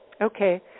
Okay